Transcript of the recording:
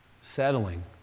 settling